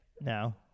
no